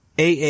AA